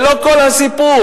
זה לא כל הסיפור.